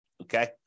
okay